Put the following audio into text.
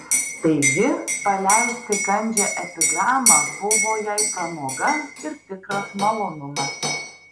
taigi paleisti kandžią epigramą buvo jai pramoga ir tikras malonumas